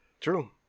True